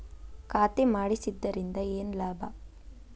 ಖಾತೆ ಮಾಡಿಸಿದ್ದರಿಂದ ಏನು ಲಾಭ?